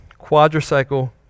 quadricycle